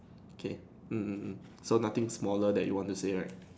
okay mm so nothing smaller that you want to say right